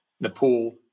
Nepal